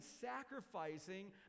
sacrificing